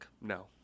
No